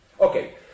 Okay